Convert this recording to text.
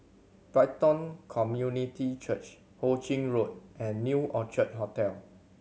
Brighton Community Church Ho Ching Road and New Orchid Hotel